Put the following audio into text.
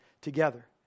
together